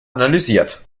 analysiert